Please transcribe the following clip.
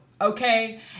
okay